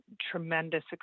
tremendous